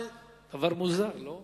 דבר מוזר, לא?